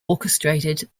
orchestrated